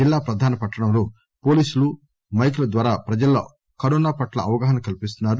జిల్లా ప్రధాన పట్టణంలో పోలీసులు మైకుల ద్వారా ప్రజల్లో కరోనా పట్ల అవగాన కల్పిస్తున్నారు